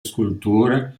sculture